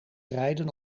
rijden